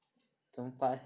怎么办